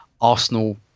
Arsenal